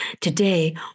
Today